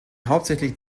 hauptsächlich